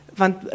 want